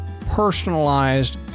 personalized